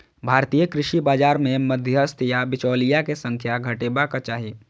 भारतीय कृषि बाजार मे मध्यस्थ या बिचौलिया के संख्या घटेबाक चाही